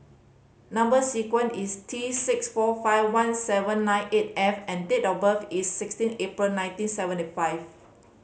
number sequence is T six four five one seven nine eight F and date of birth is sixteen April nineteen seventy five